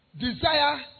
desire